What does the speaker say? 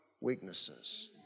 weaknesses